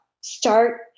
Start